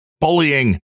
bullying